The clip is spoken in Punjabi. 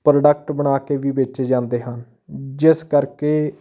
ਪ੍ਰੋਡਕਟ ਬਣਾ ਕੇ ਵੀ ਵੇਚੇ ਜਾਂਦੇ ਹਨ ਜਿਸ ਕਰਕੇ